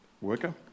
worker